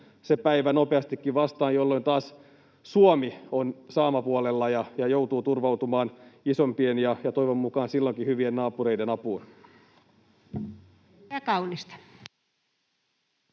se päivä nopeastikin vastaan, jolloin taas Suomi on saamapuolella ja joutuu turvautumaan isompien ja toivon mukaan silloinkin hyvien naapureiden apuun.